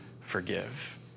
forgive